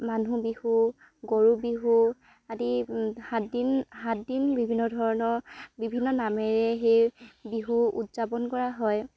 মানুহ বিহু গৰু বিহু আদি সাতদিন সাতদিন বিভিন্ন ধৰণৰ বিভিন্ন নামেৰে সেই বিহু উদযাপন কৰা হয়